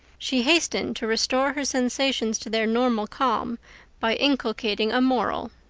she hastened to restore her sensations to their normal calm by inculcating a moral.